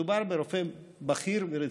מדובר ברופא בכיר ורציני.